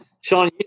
Sean